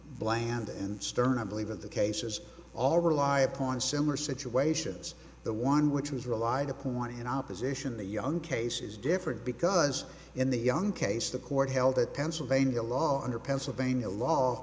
bland and stern i believe that the cases all rely upon similar situations the one which was relied upon want in opposition the young case is different because in the young case the court held that pennsylvania law under pennsylvania law